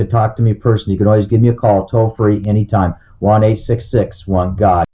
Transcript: to talk to me person you can always give me a call to operate any time one eight six six one god